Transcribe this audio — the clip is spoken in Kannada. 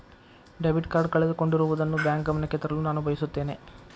ಡೆಬಿಟ್ ಕಾರ್ಡ್ ಕಳೆದುಕೊಂಡಿರುವುದನ್ನು ಬ್ಯಾಂಕ್ ಗಮನಕ್ಕೆ ತರಲು ನಾನು ಬಯಸುತ್ತೇನೆ